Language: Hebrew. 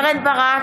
נגד קרן ברק,